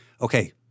okay